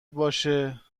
باشه